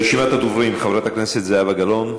רשימת הדוברים: חברת הכנסת זהבה גלאון,